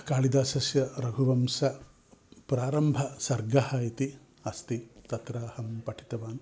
कालिदासस्य रघुवंश प्रारम्भसर्गः इति अस्ति तत्राहं पठितवान्